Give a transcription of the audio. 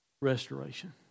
restoration